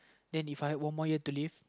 then If I had one more year to live